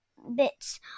bits